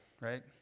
right